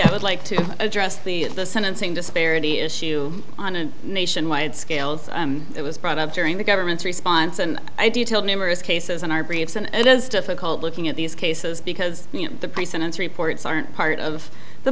i would like to address the the sentencing disparity issue on a nationwide scale it was brought up during the government's response and i detailed numerous cases in our briefs and it is difficult looking at these cases because the pre sentence reports aren't part of the